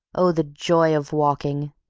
oh, the joy of walking!